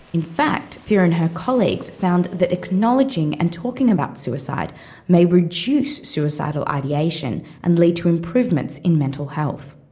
in fact, fear and her colleagues found that acknowledging and talking about suicide may reduce suicidal ideation and lead to improvements in mental health.